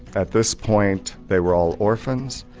at this point they were all orphans,